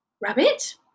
Rabbit